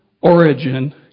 origin